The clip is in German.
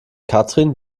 katrin